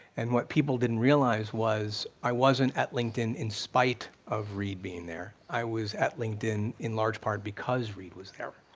and what people didn't realize was i wasn't at linkedin in spite of reid being there, i was at linkedin in large part because reid was there.